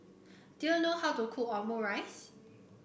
do you know how to cook Omurice